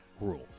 Rule